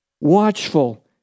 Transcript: Watchful